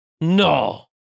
No